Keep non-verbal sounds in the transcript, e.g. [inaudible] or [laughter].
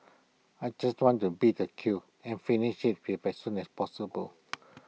I just wanted to beat the queue and finish [unintelligible] as soon as possible